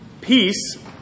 Peace